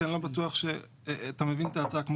כי אני לא בטוח שאתה מבין את ההצעה.